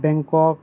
Bangkok